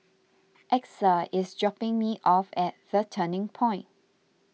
Exa is dropping me off at the Turning Point